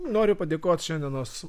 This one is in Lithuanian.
noriu padėkot šiandienos